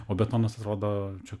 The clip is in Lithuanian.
o betonas atrodo čia